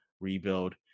rebuild